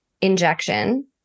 injection